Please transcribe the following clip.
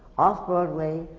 off-broadway,